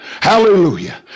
Hallelujah